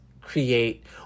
create